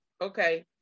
Okay